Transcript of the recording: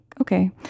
okay